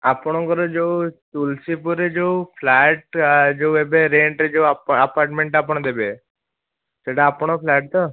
ଆପଣଙ୍କର ଯେଉଁ ତୁଲ୍ସୀପୁରରେ ଯେଉଁ ଫ୍ଲାଟ୍ଟା ଯେଉଁ ଏବେ ରେଣ୍ଟରେ ଯେଉଁ ଆପାର୍ଟମେଣ୍ଟଟା ଆପଣ ଦେବେ ସେଇଟା ଆପଣ ଫ୍ଲାଟ୍ ତ